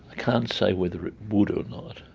can't say whether it would or not